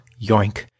Yoink